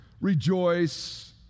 rejoice